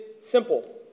simple